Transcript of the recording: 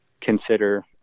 consider